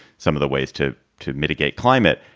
some of the ways to to mitigate climate.